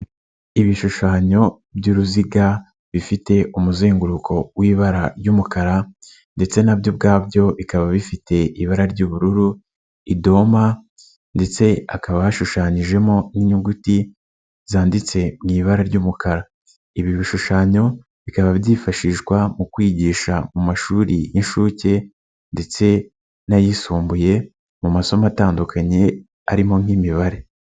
Ibishushanyo by'uruziga bifite umuzenguruko w'ibara ry'umukara ndetse na byo ubwabyo bikaba bifite ibara ry'ubururu, idoma ndetse hakaba yashushanyijemo n'inyuguti zanditse mu ibara ry'umukara, ibi bishushanyo bikaba byifashishwa mu kwigisha mu mashuri y'inshuke ndetse n'ayisumbuye mu masomo atandukanye arimo nk'imibare.